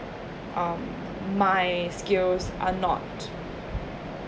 um my skills are not